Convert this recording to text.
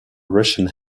russian